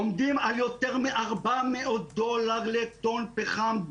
עומדים על יותר מ-400 דולר לטון פחם,